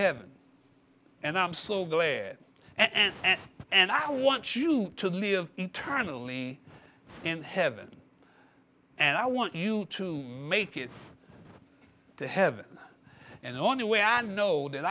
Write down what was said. heaven and i'm so glad and and and i want you to live eternally in heaven and i want you to make it to heaven and the only way i know that